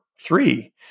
three